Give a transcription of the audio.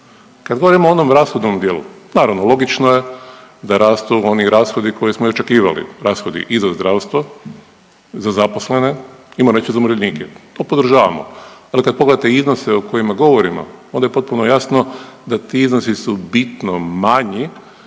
Kad govorimo o onom rashodnom dijelu naravno logično je da rastu oni rashodi koje smo i očekivali, rashodi i za zdravstvo, za zaposlene i …/Govornik se ne razumije/…za umirovljenike, to podržavamo, ali kad pogledate iznose o kojima govorimo onda je potpuno jasno da ti iznosi su bitno manji